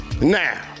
Now